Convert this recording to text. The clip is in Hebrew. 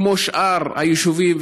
כמו שאר היישובים?